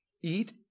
Eat